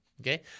Okay